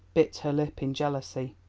bit her lip in jealousy.